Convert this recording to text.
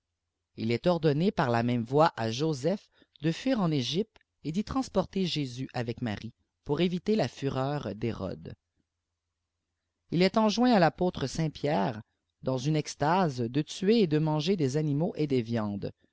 il est ordonné par la même voia à joseph de fuir en egypte et d'y transporter jésus avec marie pour éviter la fureur d'hérode il est enjoint à l'apôtre saint pierre dans une extase de tuer et de manger des animaux et des viandes